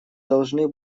должны